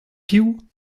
piv